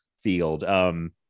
field